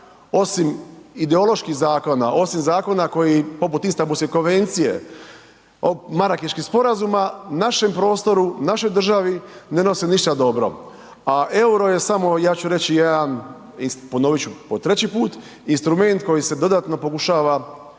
osim ideoloških zakona, osim zakona koji poput Istanbulske konvencije, Marakeškog sporazuma našem prostoru, našoj državi ne nosi ništa dobro, a EUR-o je samo ja ću reći jedan ponovit ću po treći put, instrument kojim se dodatno pokušava